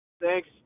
Thanks